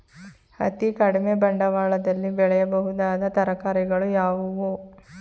ಅತೀ ಕಡಿಮೆ ಬಂಡವಾಳದಲ್ಲಿ ಬೆಳೆಯಬಹುದಾದ ತರಕಾರಿಗಳು ಯಾವುವು?